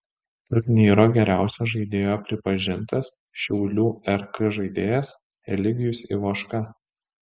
turnyro geriausio žaidėjo pripažintas šiaulių rk žaidėjas eligijus ivoška